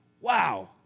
Wow